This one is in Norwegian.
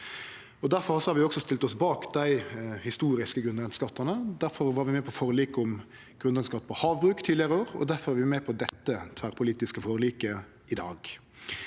Difor har vi også stilt oss bak dei historiske grunnrenteskattane, difor var vi med på forliket om grunnrenteskatt på havbruk tidlegare i år, og difor er vi med på dette tverrpolitiske forliket i dag.